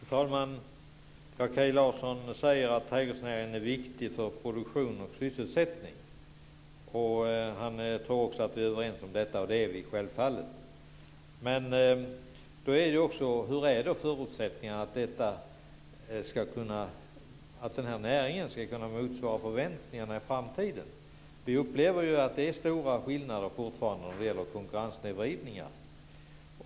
Fru talman! Kaj Larsson säger att trädgårdsnäringen Han tror också att vi är överens om detta, och det är vi självfallet. Men hur är det då med förutsättningarna för att denna näring ska kunna motsvara förväntningarna i framtiden? Vi upplever ju att det fortfarande är stora skillnader när det gäller konkurrenssnedvridningar.